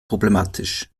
problematisch